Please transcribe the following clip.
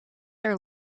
are